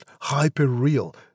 hyper-real